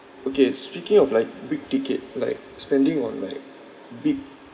okay speaking of like big ticket like spending on like big